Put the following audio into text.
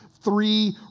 three